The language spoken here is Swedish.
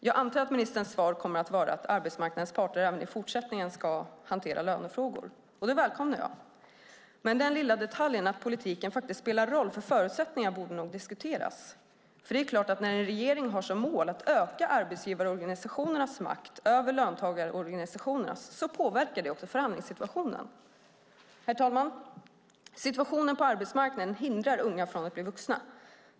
Jag gissar att ministerns svar kommer att vara att arbetsmarknadens parter även i fortsättningen ska hantera lönefrågor, och det välkomnar jag. Men den lilla detaljen att politiken faktiskt spelar roll för förutsättningar borde nog diskuteras. Det är nämligen klart att det påverkar förhandlingssituationen när en regering har som mål att öka arbetsgivarorganisationernas makt över löntagarorganisationerna. Herr talman! Situationen på arbetsmarknaden hindrar unga från att bli vuxna.